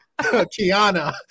Kiana